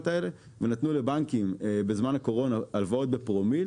האלה ונתנו לבנקים בזמן הקורונה הלוואות בפרומיל,